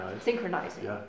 synchronizing